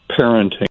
parenting